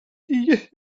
دیگه